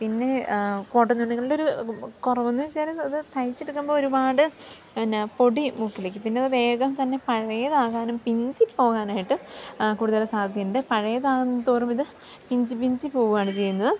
പിന്നെ കോട്ടൻ തുണികളുടെ ഒരു അത് കുറവെന്ന് വെച്ചാല് അത് തയ്ച്ചെടുക്കുമ്പോള് ഒരുപാട് എന്താണ് പൊടി മൂക്കിലേക്ക് പിന്നെയത് വേഗം തന്നെ പഴയതാകാനും പിഞ്ചി പോകാനുമായിട്ട് കൂടുതല് സാധ്യതയുണ്ട് പഴയതാകുന്തോറും ഇത് പിഞ്ചി പിഞ്ചി പോകുകയാണ് ചെയ്യുന്നത്